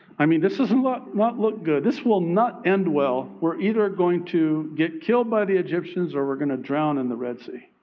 i mean, this does not not look good. this will not end well. we're either going to get killed by the egyptians or we're going to drown in the red sea.